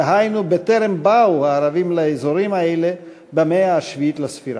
דהיינו בטרם באו הערבים לאזורים האלה במאה השביעית לספירה.